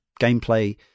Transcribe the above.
gameplay